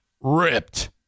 ripped